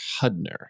Hudner